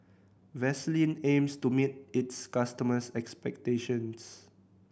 Vaselin aims to meet its customers' expectations